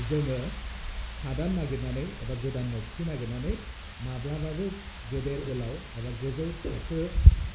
जोङो हादान नागिरनानै एबा गोदान न'बथि नागिरनानै माब्लाबाबो गेदेर गोलाउ एबा गोजौ थाखो